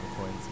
coins